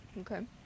Okay